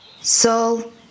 Soul